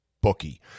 bookie